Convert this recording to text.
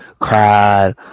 cried